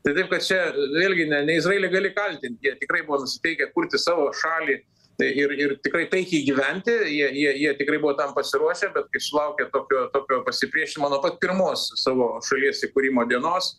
tai taip kad čia vėlgi ne ne izraelį gali kaltint jie tikrai buvo nusiteikę kurti savo šalį tai ir ir tikrai taikiai gyventi jei jie jie tikrai buvo tam pasiruošę kad kai sulaukė tokio tokio pasipriešinimo nuo pat pirmos savo šalies įkūrimo dienos